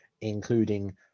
including